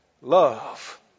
love